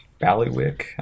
Ballywick